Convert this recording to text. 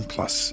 Plus